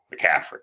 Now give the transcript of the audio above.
McCaffrey